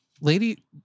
lady